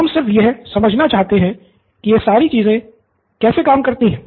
हम सिर्फ यह समझना चाहते हैं कि यह सारी चीज कैसे काम करती है